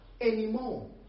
anymore